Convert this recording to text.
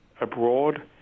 abroad